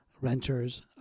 renters